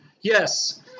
Yes